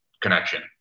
connection